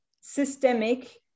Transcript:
systemic